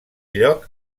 lloc